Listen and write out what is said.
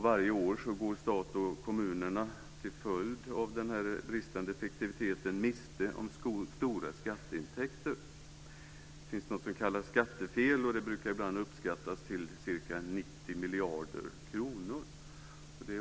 Varje år går stat och kommuner till följd av den bristande effektiviteten miste om stora skatteintäkter. Det finns något som kallas skattefel och det brukar ibland uppskattas till ca 90 miljarder kronor.